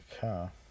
car